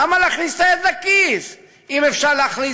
למה להכניס את היד לכיס אם אפשר להכריז